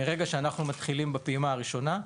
מרגע שאנחנו מתחילים בפעימה הראשונה,